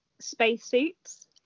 spacesuits